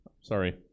sorry